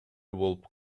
болуп